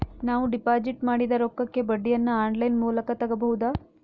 ನಾವು ಡಿಪಾಜಿಟ್ ಮಾಡಿದ ರೊಕ್ಕಕ್ಕೆ ಬಡ್ಡಿಯನ್ನ ಆನ್ ಲೈನ್ ಮೂಲಕ ತಗಬಹುದಾ?